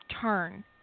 turn